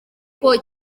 kuko